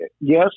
yes